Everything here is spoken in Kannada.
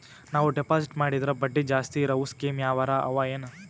ನಾವು ಡೆಪಾಜಿಟ್ ಮಾಡಿದರ ಬಡ್ಡಿ ಜಾಸ್ತಿ ಇರವು ಸ್ಕೀಮ ಯಾವಾರ ಅವ ಏನ?